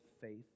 faith